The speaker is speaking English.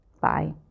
bye